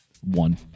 One